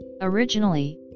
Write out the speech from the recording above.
Originally